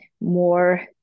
more